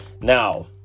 now